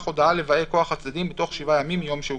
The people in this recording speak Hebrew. הודעה לבאי כוח הצדדים בתוך שבעה ימים מיום שהוגשה".